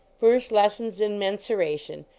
first lessons in mensuration.